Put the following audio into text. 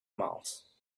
miles